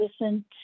listen